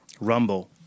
Rumble